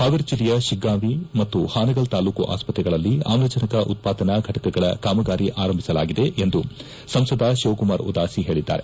ಹಾವೇರಿ ಜಿಲ್ಲೆಯ ಶಿಗ್ಗಾಂವಿ ಮತ್ತು ಹಾನಗಲ್ ತಾಲೂಕು ಆಸ್ಪತ್ರೆಗಳಲ್ಲಿ ಆಮ್ಲಜನಕ ಉತ್ಪಾದನಾ ಫೆಟಕಗಳ ಕಾಮಗಾರಿ ಆರಂಭಿಸಲಾಗಿದೆ ಎಂದು ಸಂಸದ ಶಿವಕುಮಾರ ಉದಾಸಿ ಹೇಳಿದ್ದಾರೆ